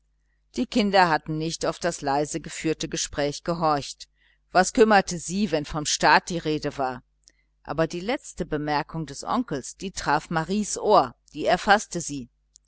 die kinder hatten nicht auf das leise geführte gespräch gehorcht was kümmerte sie wenn vom staat die rede war aber die letzte bemerkung des onkels die traf maries ohr die erfaßte sie